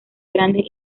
grandes